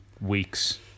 weeks